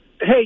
Hey